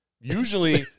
Usually